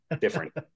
different